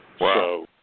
Wow